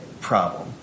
problem